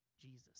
Jesus